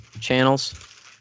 channels